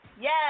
yes